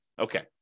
Okay